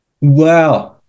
wow